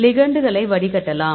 லிகெண்டுகளை வடிகட்டலாம்